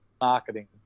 marketing